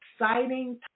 exciting